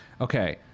Okay